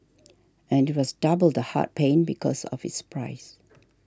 and it was double the heart pain because of its price